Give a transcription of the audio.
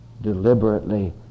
deliberately